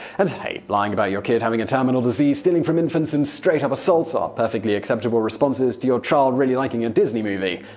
and hey, lying about your kid having a terminal disease, stealing from infants and straight-up assault are ah perfectly acceptable responses to your child really liking a disney movie,